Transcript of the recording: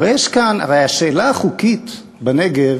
הרי יש כאן, הרי השאלה החוקית בנגב,